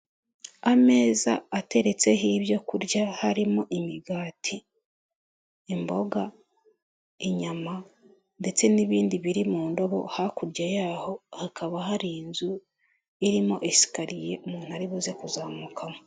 Ameza ateretseho ibyokurya harimo imigati, imboga, inyama, ndetse n'ibindi biri mu ndobo hakurya yaho hakaba hari inzu irimo isikariye umuntu ari buze kuzamukaho.